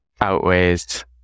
outweighs